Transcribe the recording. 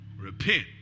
repent